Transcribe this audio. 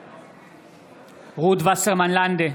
בעד רות וסרמן לנדה,